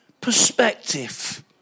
perspective